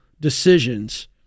decisions